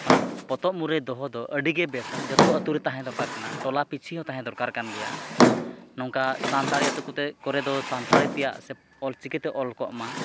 ᱚᱱᱟ ᱯᱚᱛᱚᱵ ᱢᱩᱨᱟᱹᱭ ᱫᱚᱦᱚ ᱫᱚ ᱟᱹᱰᱤᱜᱮ ᱵᱮᱥᱟ ᱡᱚᱛᱚ ᱟᱹᱛᱩᱨᱮ ᱛᱟᱦᱮᱸ ᱫᱚᱨᱠᱟᱨ ᱠᱟᱱᱟ ᱴᱚᱞᱟ ᱯᱤᱪᱷᱤᱦᱚᱸ ᱛᱟᱦᱮᱸ ᱫᱚᱨᱠᱟᱨ ᱠᱟᱱ ᱜᱮᱭᱟ ᱱᱚᱝᱠᱟ ᱥᱟᱱᱛᱟᱲᱤ ᱟᱹᱛᱩ ᱠᱚᱨᱮᱫᱚ ᱥᱟᱱᱛᱟᱲᱤ ᱛᱮᱭᱟᱜ ᱥᱮ ᱚᱞ ᱪᱤᱠᱤᱛᱮ ᱚᱞ ᱠᱚᱜᱼᱢᱟ